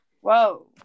whoa